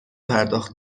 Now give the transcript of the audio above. پرداخت